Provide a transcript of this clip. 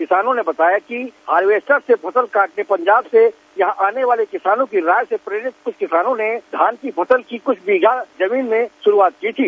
किसानों ने बताया कि हार्वेस्टर से फसल काटने पंजाब से यहां आने वाले किसानों की राय से प्रेरित कुछ किसानों ने धान की फसल कुछ बीघा जमीन में शुरूआत की थी